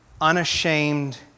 unashamed